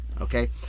okay